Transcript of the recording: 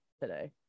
today